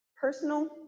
personal